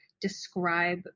describe